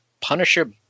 Punisher